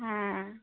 হ্যাঁ